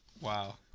Wow